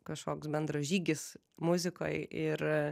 kažkoks bendražygis muzikoj ir